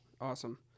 Awesome